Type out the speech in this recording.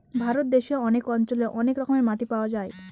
ভারত দেশে অনেক অঞ্চলে অনেক রকমের মাটি পাওয়া যায়